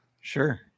Sure